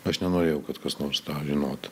aš nenorėjau kad kas nors žinotų